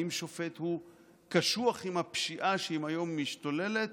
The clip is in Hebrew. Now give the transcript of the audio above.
האם שופט קשוח עם הפשיעה שהיום משתוללת